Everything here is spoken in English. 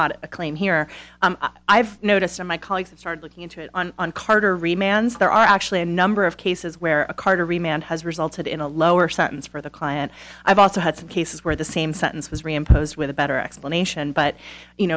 not a claim here i've noticed and my colleagues have started looking into it on on carter remains there are actually a number of cases where a car to remain has resulted in a lower sentence for the client i've also had some cases where the same sentence was re imposed with a better explanation but you